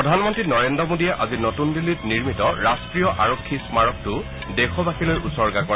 প্ৰধানমন্ত্ৰী নৰেন্দ্ৰ মোদীয়ে আজি নতুন দিল্লীত নিৰ্মিত ৰাষ্টীয় আৰক্ষী স্মাৰকটো দেশবাসীলৈ উছৰ্গা কৰে